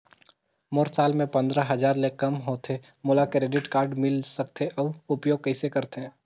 मोर साल मे पंद्रह हजार ले काम होथे मोला क्रेडिट कारड मिल सकथे? अउ उपयोग कइसे करथे?